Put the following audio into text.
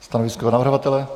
Stanovisko navrhovatele?